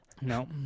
No